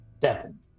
Seven